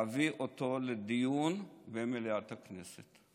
להביא אותו לדיון במליאת הכנסת.